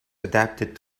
adapted